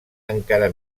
encara